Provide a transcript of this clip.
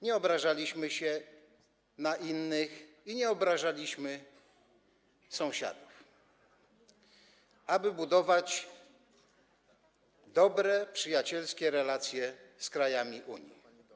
Nie obrażaliśmy się na innych i nie obrażaliśmy sąsiadów, aby budować dobre, przyjacielskie relacje z krajami Unii.